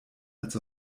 als